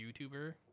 YouTuber